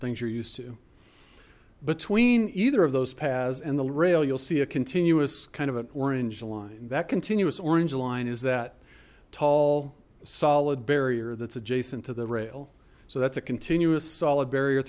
things you're used to between either of those paths and the rail you'll see a continuous kind of an orange line that continuous orange line is that tall solid barrier that's adjacent to the rail so that's a continuous solid barrier